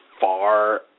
far